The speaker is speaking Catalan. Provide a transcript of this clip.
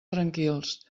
tranquils